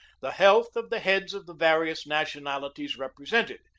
the health of the heads of the various nationali ties represented,